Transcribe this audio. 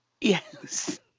yes